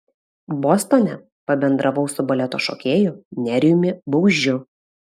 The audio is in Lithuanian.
bostone pabendravau su baleto šokėju nerijumi baužiu